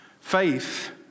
faith